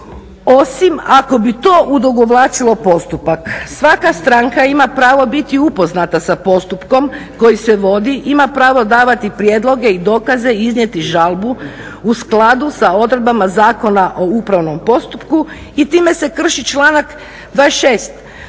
osim ako bi to odugovlačilo postupak. Svaka stranka ima pravo biti upoznata sa postupkom koji se vodi, ima pravo davati prijedloge i dokaze i iznijeti žalbu u skladu sa odredbama Zakona o upravnom postupku i time se krši članak 26.